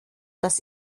das